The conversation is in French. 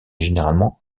généralement